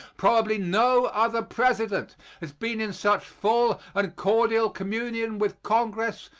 probably no other president has been in such full and cordial communion with congress,